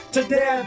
Today